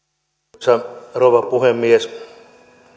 arvoisa rouva puhemies